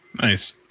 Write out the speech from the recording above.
Nice